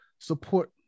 support